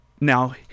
now